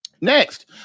Next